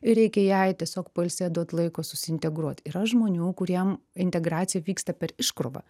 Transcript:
ir reikia jai tiesiog pailsėt duot laiko susiintegruot yra žmonių kuriem integracija vyksta per iškrovą